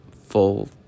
full